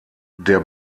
der